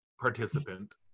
participant